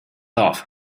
off